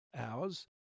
hours